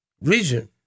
region